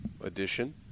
edition